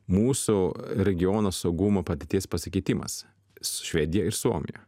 mūsų regiono saugumo padėties pasikeitimas su švedija ir suomija